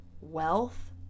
wealth